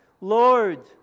Lord